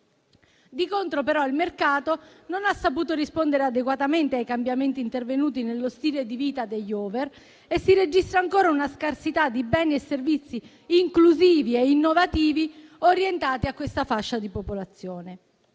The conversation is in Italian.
Di contro, però, il mercato non ha saputo rispondere adeguatamente ai cambiamenti intervenuti nello stile di vita degli *over* e si registra ancora una scarsità di beni e servizi inclusivi e innovativi orientati a questa fascia di popolazione.